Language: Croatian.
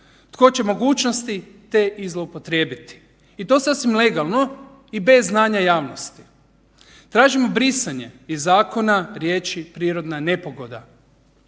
tko će mogućnosti te i zloupotrijebiti i to sasvim legalno i bez znanja javnosti. Tražimo brisanje iz zakona riječi prirodna nepogoda.